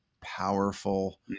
powerful